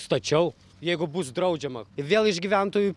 stačiau jeigu bus draudžiama vėl iš gyventojų